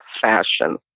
fashion